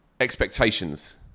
expectations